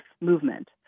movement